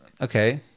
Okay